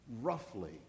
roughly